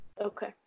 okay